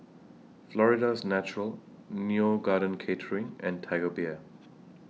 Florida's Natural Neo Garden Catering and Tiger Beer